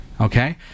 Okay